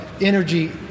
energy